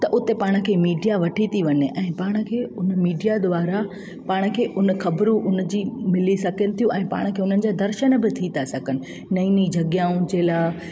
त उते पाण खे मीडिया वठी थी वञे ऐं पाण खे मीडिया द्वारा पाण खे हुन खबरूं हुनजी मिली सघनि थियूं ऐं पाण खे हुनजा दर्शन बि थी था सघनि नईं नईं जॻहउनि जे लाइ